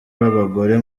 w’abagore